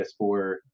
PS4